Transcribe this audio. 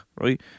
right